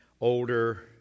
older